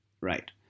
right